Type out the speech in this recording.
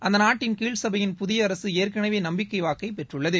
அந்த நாட்டின் கீழ் சபையின் புதிய அரசு ஏற்கனவே நம்பிக்கை வாக்கை பெற்றுள்ளது